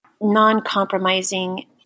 non-compromising